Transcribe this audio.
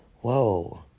whoa